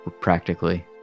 practically